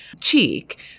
Cheek